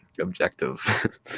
objective